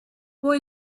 boy